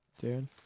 Dude